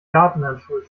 gartenhandschuhe